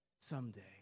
someday